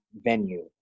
venue